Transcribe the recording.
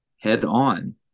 head-on